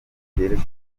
igere